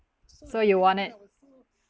so you won it